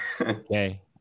okay